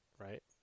right